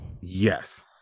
Yes